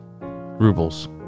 rubles